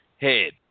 head